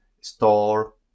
store